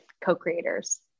co-creators